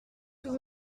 tout